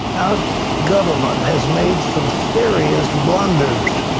our government has made some serious blunders,